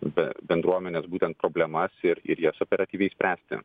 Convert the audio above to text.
be bendruomenės būtent problemas ir ir jas operatyviai spręsti